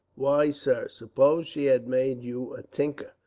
why, sir, suppose she had made you a tinker,